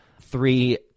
Three